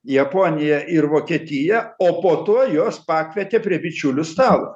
japoniją ir vokietiją o po to juos pakvietė prie bičiulių stalo